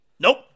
Nope